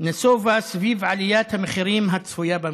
נסבה סביב עליית המחירים הצפויה במשק.